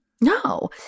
no